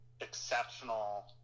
exceptional